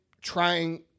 trying